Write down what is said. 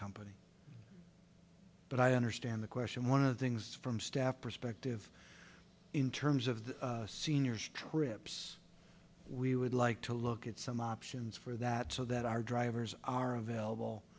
company but i understand the question one of the things from staff perspective in terms of the seniors trips we would like to look at some options for that so that our drivers are available